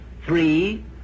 Three